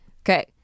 Okay